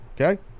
okay